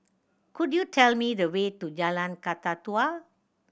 could you tell me the way to Jalan Kakatua